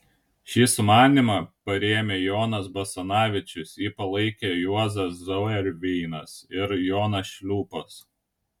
šį sumanymą parėmė jonas basanavičius jį palaikė juozas zauerveinas ir jonas šliūpas